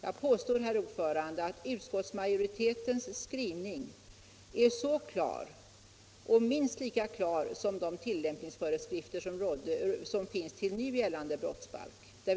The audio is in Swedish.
Jag påstår, herr talman, att utskottsmajoritetens skrivning är minst lika klar som de motivuttalanden som finns till nuvarande brottsbalk.